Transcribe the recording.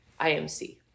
IMC